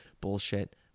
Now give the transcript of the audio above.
bullshit